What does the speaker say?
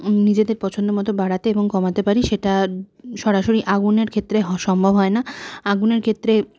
নিজেদের পছন্দ মতো বাড়াতে এবং কমাতে পারি সেটা সরাসরি আগুনের ক্ষেত্রে সম্ভব হয় না আগুনের ক্ষেত্রে